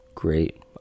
great